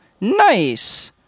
Nice